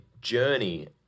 Journey